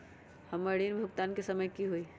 हमर ऋण भुगतान के समय कि होई?